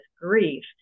grief